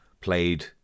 played